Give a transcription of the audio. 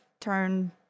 turn